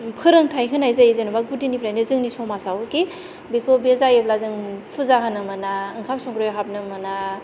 फोरोंथाय होनाय जायो जेनेबा गुदिनिफ्रायनो जोंनि समाजाव खि बेखौ बे जायोब्ला जों फुजा होनो मोना ओंखाम संग्रायाव हाबनो मोना